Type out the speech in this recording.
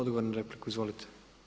Odgovor na repliku, izvolite.